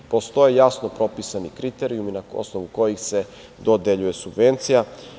Postoje jasno propisani kriterijumi na osnovu kojih se dodeljuje subvencija.